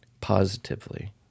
positively